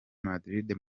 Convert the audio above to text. madrid